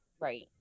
Right